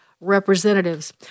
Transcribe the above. representatives